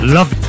Love